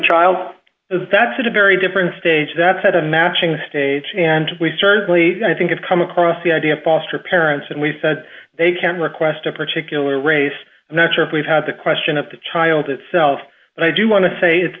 child that's a very different stage that set of matching states and we certainly i think i've come across the idea of foster parents and we've said they can request a particular race i'm not sure if we've had the question of the child itself but i do want to say it's